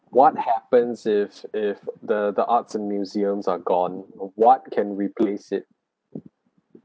what happens if if the the arts and museums are gone or what can replace it